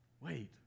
wait